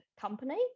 company